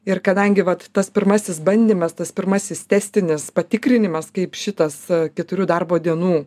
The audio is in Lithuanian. ir kadangi vat tas pirmasis bandymas tas pirmasis testinis patikrinimas kaip šitas keturių darbo dienų